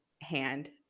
hand